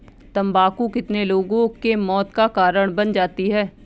तम्बाकू कितने लोगों के मौत का कारण बन जाती है